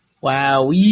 Wow